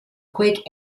quick